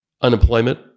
unemployment